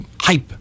hype